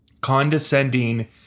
condescending